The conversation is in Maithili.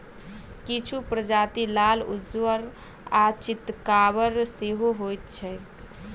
किछु प्रजाति लाल, उज्जर आ चितकाबर सेहो होइत छैक